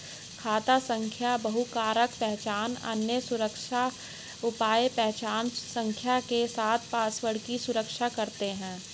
खाता संख्या बहुकारक पहचान, अन्य सुरक्षा उपाय पहचान संख्या के साथ पासवर्ड की सुरक्षा करते हैं